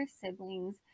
siblings